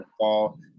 fall